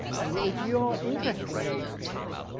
and if you're interested in those things,